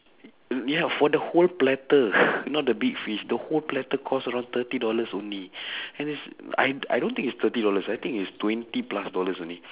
ya for the whole platter not the big fish the whole platter cost around thirty dollars only and is I I don't think is thirty dollars I think is twenty plus dollars only